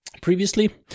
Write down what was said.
previously